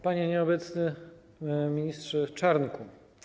Panie Nieobecny Ministrze Czarnku!